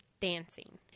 Dancing